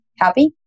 happy